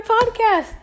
podcast